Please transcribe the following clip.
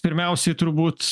pirmiausiai turbūt